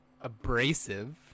abrasive